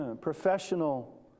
professional